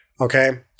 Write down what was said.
okay